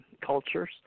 cultures